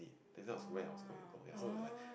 think that was where I was going to go ya so it was like